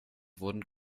wurden